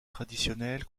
traditionnelle